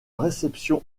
réception